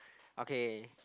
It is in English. okay